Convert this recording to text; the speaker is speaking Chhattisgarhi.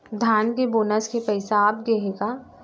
धान के बोनस के पइसा आप गे हे का?